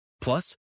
Plus